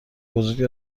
بزرگ